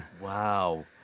Wow